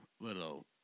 little